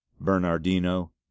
bernardino